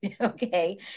Okay